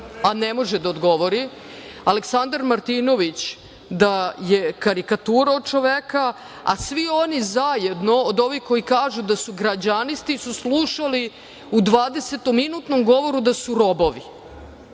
a ne može da odogovri, Aleksandar Martinović da je karikatura od čoveka, a svi oni zajedno, od ovih koji kažu da su građani, su slušali u dvadesetominutnom govoru da su robovi,